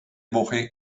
woche